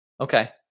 Okay